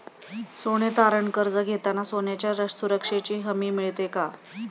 सोने तारण कर्ज घेताना सोन्याच्या सुरक्षेची हमी मिळते का?